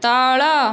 ତଳ